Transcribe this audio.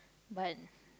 but